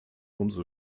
umso